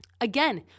Again